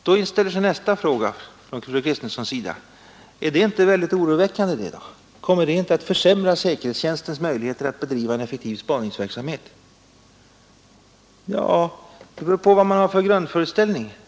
Då inställer sig nästa fråga från fru Kristensson: Är inte det oroväckande, och kommer inte det att försämra säkerhetstjänstens möjligheter att bedriva en effektiv spaningsverksamhet? Ja, det beror på vad man har för grundföres ällning.